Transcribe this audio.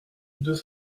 deux